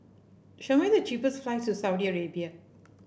show me the cheapest flights to Saudi Arabia